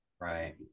Right